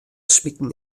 smiten